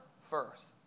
first